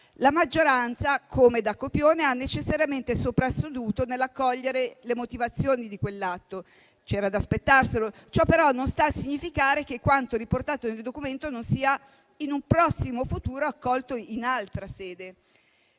La maggioranza, come da copione, ha necessariamente soprasseduto nell'accogliere le motivazioni di quell'atto. C'era da aspettarselo. Ciò però non sta a significare che quanto riportato nel documento non sia in un prossimo futuro accolto in altra sede.